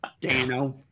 Dano